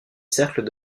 cercles